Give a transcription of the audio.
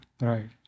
Right